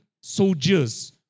soldiers